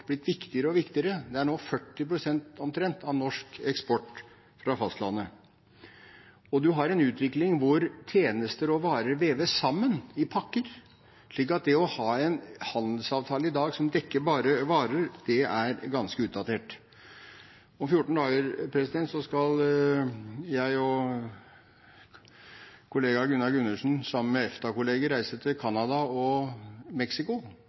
blitt viktigere og viktigere. Det er nå omtrent 40 pst. av norsk eksport fra fastlandet, og man har en utvikling hvor tjenester og varer veves sammen i pakker, slik at det å ha en handelsavtale i dag som bare dekker varer, er ganske utdatert. Om 14 dager skal jeg og kollega Gunnar Gundersen sammen med EFTA-kolleger reise til Canada og